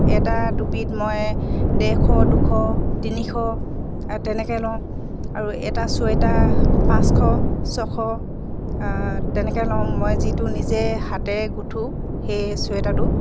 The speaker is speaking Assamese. এটা টুপীত মই ডেৰশ দুশ তিনিশ তেনেকৈ লওঁ আৰু এটা চুৱেটাৰ পাঁচশ ছশ তেনেকৈ লওঁ মই যিটো নিজে হাতেৰে গোঁঠো সেই চুৱেটাৰটো